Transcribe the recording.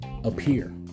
appear